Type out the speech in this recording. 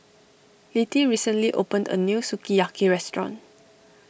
Littie recently opened a new Sukiyaki restaurant